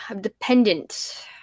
dependent